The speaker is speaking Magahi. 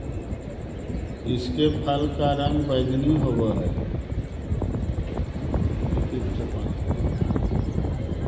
इसके फल का रंग बैंगनी होवअ हई